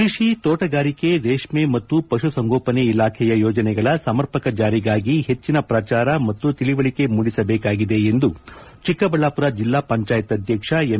ಕೃಷಿ ತೋಟಗಾರಿಕೆ ರೇಷ್ಮೆ ಮತ್ತು ಪಶುಸಂಗೋಪನೆ ಇಲಾಖೆಯ ಯೋಜನೆಗಳ ಸಮರ್ಪಕ ಜಾರಿಗಾಗಿ ಹೆಚ್ಚಿನ ಪ್ರಜಾರ ಮತ್ತು ತಿಳುವಳಿಕೆ ಮೂಡಿಸಬೇಕಾಗಿದೆ ಎಂದು ಚಿಕ್ಕಬಳ್ಯಾಮರ ಜೆಲ್ಲಾ ಪಂಜಾಯತ್ ಅಧ್ಯಕ್ಷ ಎಂ